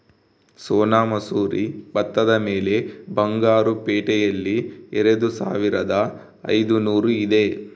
ಸೋನಾ ಮಸೂರಿ ಭತ್ತದ ಬೆಲೆ ಬಂಗಾರು ಪೇಟೆಯಲ್ಲಿ ಎರೆದುಸಾವಿರದ ಐದುನೂರು ಇದೆ